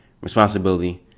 responsibility